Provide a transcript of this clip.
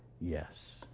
Yes